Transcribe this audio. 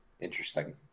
Interesting